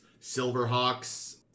Silverhawks